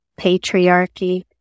patriarchy